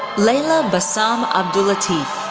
layla bassam abdullatif,